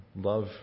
love